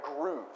groove